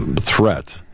threat